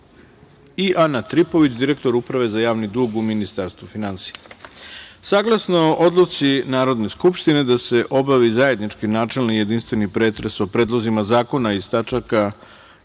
i Ana Tripović, direktor Uprave za javni dug u Ministarstvu finansija. Saglasno odluci Narodne skupštine da se obavi zajednički načelni i jedinstveni pretres o predlozima zakona iz tačaka